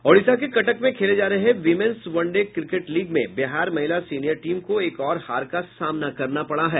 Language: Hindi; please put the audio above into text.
ओडिशा के कटक में खेले जा रहे women's one day cricket league में बिहार महिला सीनियर टीम को एक और हार का सामना करना पड़ा है